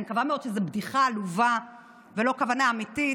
אני מקווה מאוד שזו בדיחה עלובה ולא כוונה אמיתית,